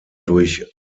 durch